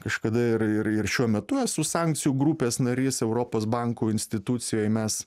kažkada ir ir ir šiuo metu esu sankcijų grupės narys europos banko institucijai mes